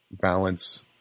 balance